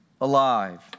alive